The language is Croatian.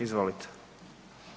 Izvolite.